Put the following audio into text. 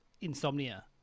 insomnia